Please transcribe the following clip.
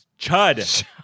Chud